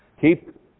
Keep